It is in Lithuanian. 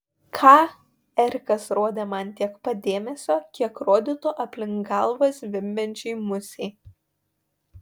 ką erikas rodė man tiek pat dėmesio kiek rodytų aplink galvą zvimbiančiai musei